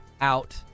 out